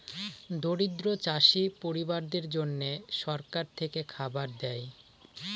দরিদ্র চাষী পরিবারদের জন্যে সরকার থেকে খাবার দেয়